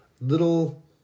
little